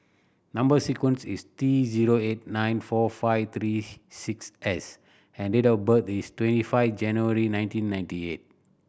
number sequence is T zero eight nine four five three six S and date of birth is twenty five January nineteen ninety eight